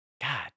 God